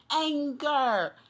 anger